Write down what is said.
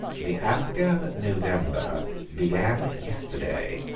the afghan november began yesterday,